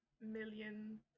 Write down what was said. million